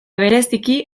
bereziki